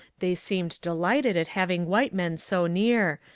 they seemed delighted at having white men so near,